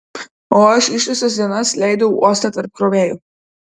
o aš ištisas dienas leidau uoste tarp krovėjų